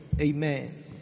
Amen